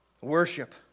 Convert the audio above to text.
Worship